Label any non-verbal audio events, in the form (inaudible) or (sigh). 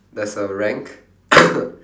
there's a rank (coughs)